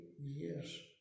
years